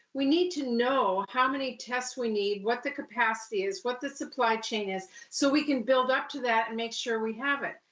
we need to know how many tests we need, what the capacity is, what the supply chain is, so we can build up to that and make sure we have it.